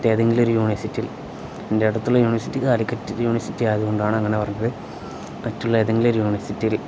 മറ്റ് ഏതെങ്കിലും യൂണേഴസിറ്റൽ എന്റെ അടുത്തുള്ള യൂണേഴസിറ്റി കാലിക്കറ്റ് യൂണിഴ്സിറ്റി ആയത് കൊണ്ടാണ് അങ്ങനെ പറഞ്ഞത് മറ്റുള്ള ഏതെങ്കിലും ഒരു യൂണേഴസിറ്റയിൽ